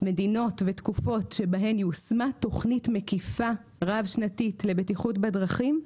מדינות ותקופות שבהן יושמה תוכנית מקיפה רב-שנתית לבטיחות בדרכים,